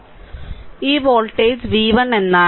ഈ voltage v1 എന്നാണ്